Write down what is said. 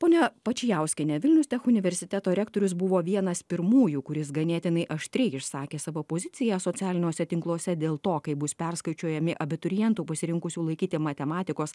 ponia pačiauskiene vilnius tech universiteto rektorius buvo vienas pirmųjų kuris ganėtinai aštriai išsakė savo poziciją socialiniuose tinkluose dėl to kaip bus perskaičiuojami abiturientų pasirinkusių laikyti matematikos